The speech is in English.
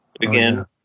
Again